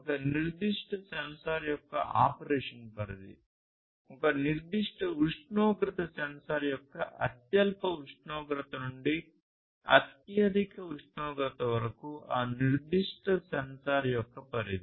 ఒక నిర్దిష్ట సెన్సార్ యొక్క ఆపరేషన్ పరిధి ఒక నిర్దిష్ట ఉష్ణోగ్రత సెన్సార్ యొక్క అత్యల్ప ఉష్ణోగ్రత నుండి అత్యధిక ఉష్ణోగ్రత వరకు ఆ నిర్దిష్ట సెన్సార్ యొక్క పరిధి